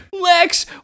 Lex